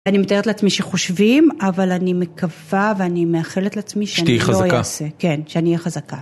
אני מתארת לעצמי שחושבים, אבל אני מקווה ואני מאחלת לעצמי שאני לא אעשה, שאני אהיה חזקה.